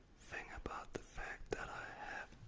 think about the fact that i